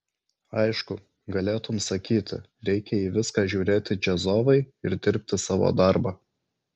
aišku galėtum sakyti reikia į viską žiūrėti džiazovai ir dirbti savo darbą